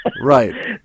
right